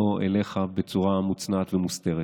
לא אליך בצורה מוצנעת ומוסתרת.